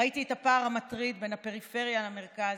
ראיתי את הפער המטריד בין הפריפריה למרכז